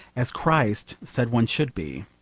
as christ said one should be.